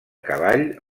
cavall